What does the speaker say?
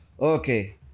Okay